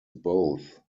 both